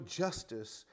justice